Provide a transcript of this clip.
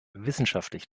wissenschaftlich